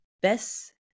best